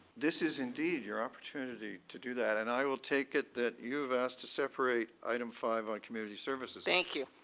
this is indeed your opportunity to do that and i will take it that you have asked to separate item five on community services. thank you.